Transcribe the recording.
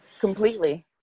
completely